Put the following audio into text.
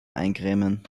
eincremen